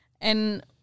And-